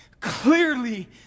clearly